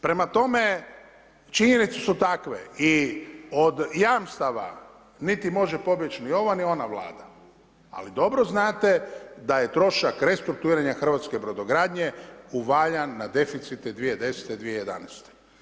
Prema tome činjenice su takve i od jamstava niti može pobjeć ni ova ni ona vlada, ali dobro znate da je trošak restrukturiranja hrvatske brodogradnje uvaljan na deficite 2010., 2011.